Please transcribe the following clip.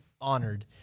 honored